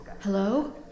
Hello